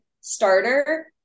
starter